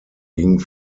ging